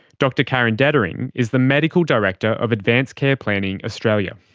dr karen detering is the medical director of advance care planning australia.